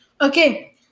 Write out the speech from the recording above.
Okay